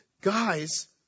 guys